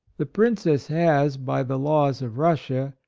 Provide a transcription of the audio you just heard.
the princess has, by the laws of russia,